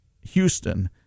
Houston